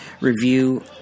review